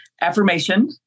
affirmation